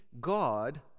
God